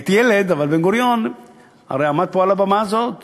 הייתי ילד, אבל בן-גוריון הרי עמד פה על הבמה הזאת